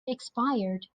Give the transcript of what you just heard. expired